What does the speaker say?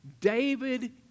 David